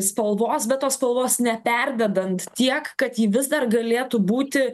spalvos be tos spalvos neperdedant tiek kad ji vis dar galėtų būti